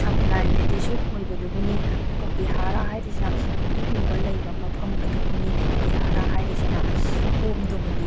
sublime ꯑꯦꯗꯤꯆꯨꯠ ꯑꯣꯏꯕꯗꯨꯕꯨꯅꯤ ꯑꯗꯨꯒ ꯕꯤꯍꯥꯔꯥ ꯍꯥꯏꯔꯤꯁꯤꯅ ꯑꯗꯨꯒꯨꯝꯕ ꯂꯩꯕ ꯃꯐꯝ ꯑꯗꯨꯕꯨꯅꯤ ꯕꯤꯍꯥꯔꯥ ꯍꯥꯏꯔꯤꯁꯤꯅ ꯍꯣꯝꯗꯨꯕꯨꯅꯤ